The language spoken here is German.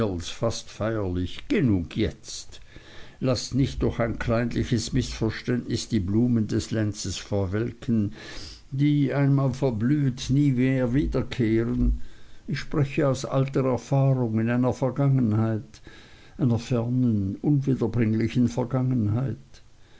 fast feierlich genug jetzt laßt nicht durch ein kleinliches mißverständnis die blumen des lenzes verwelken die einmal verblüht nie mehr wiederkehren ich spreche aus alter erfahrung in einer vergangenheit einer fernen unwiederbringlichen vergangenheit